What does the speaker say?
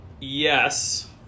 Yes